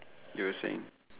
you were saying